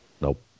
Nope